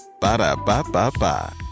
Ba-da-ba-ba-ba